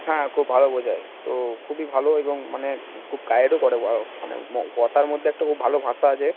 হ্যাঁ খুব ভালো বোঝায় তো খুবই ভালো এবং মানে খুব গাইডও করে আর মানে কথার মধ্যে একটা খুব ভালো ভাষা আছে